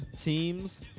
teams